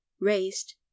raised